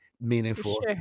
meaningful